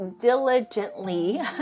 diligently